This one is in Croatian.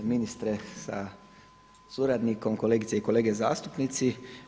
Ministre sa suradnikom, kolegice i kolege zastupnici.